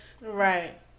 right